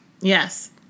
Yes